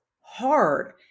hard